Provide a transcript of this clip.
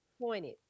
pointed